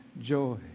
joy